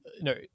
no